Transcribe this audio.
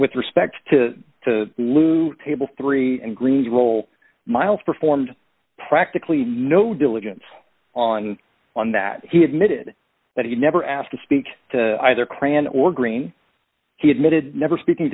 with respect to to the loo table three and green's role miles performed practically no diligence on on that he admitted that he never asked to speak to either clan or green he admitted never speaking